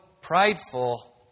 prideful